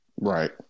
Right